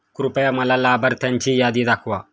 कृपया मला लाभार्थ्यांची यादी दाखवा